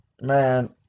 man